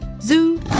Zoo